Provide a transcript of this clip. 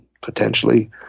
potentially